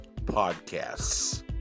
Podcasts